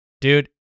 Dude